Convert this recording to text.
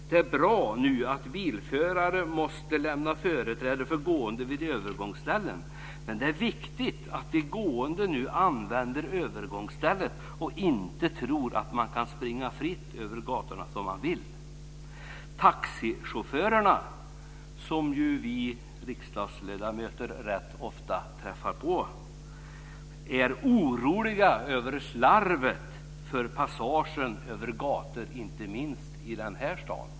Det är bra att bilförare nu måste lämna företräde vid övergångsställen. Men det är viktigt att de gående använder övergångsstället och inte tror att de kan springa fritt över gatorna som de vill. Taxichaufförerna, som ju vi riksdagsledamöter rätt ofta träffar på, är oroliga över slarvet vid passager över gator, inte minst i den här staden.